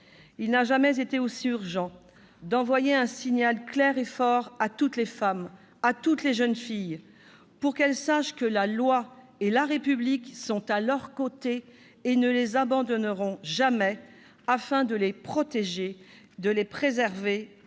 Il n'a jamais été aussi urgent d'envoyer un signal clair et fort à toutes les femmes, à toutes les jeunes filles, pour qu'elles sachent que la loi et la République sont à leur côté et ne les abandonneront jamais, afin de les protéger et de préserver